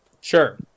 sure